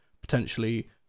potentially